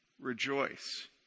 rejoice